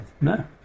No